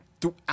throughout